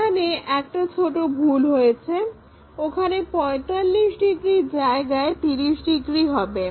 এখানে একটা ছোট ভুল রয়েছে ওখানে 45 ডিগ্রির জায়গায় 30° হবে